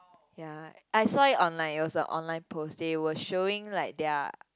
ya I've saw it online is a online post they were showing like their